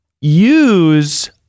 Use